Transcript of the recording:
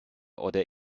oder